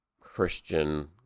Christian